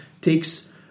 takes